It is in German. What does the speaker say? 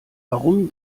warum